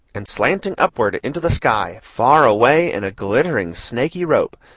and slanting upward into the sky, far away in a glittering snaky rope,